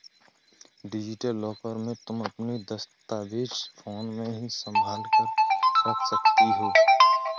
digital locker में तुम अपने दस्तावेज फोन में ही संभाल कर रख सकती हो